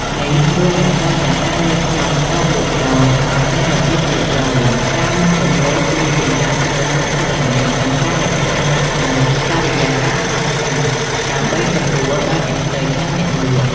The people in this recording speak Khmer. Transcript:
នេះរួមបញ្ចូលទាំងការរៀបចំតូបលក់ដូរឱ្យមានរបៀបរៀបរយ ការមិនរំលោភលើចិញ្ចើមផ្លូវសាធារណៈ និងការរក្សាបាននូវបរិយាកាសស្ងប់ស្ងាត់ដើម្បីសម្រួលដល់អ្នកទិញ និងអ្នកលក់។